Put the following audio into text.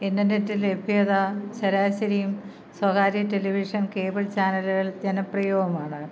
internet ലഭ്യത ശരാശരിയും സ്വകാര്യ ടെലിവിഷൻ കേബിൾ ചാനലുകൾ ജനപ്രിയവുമാണ്